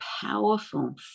powerful